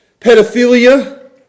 pedophilia